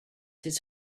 his